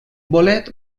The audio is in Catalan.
bolet